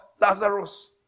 Lazarus